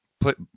put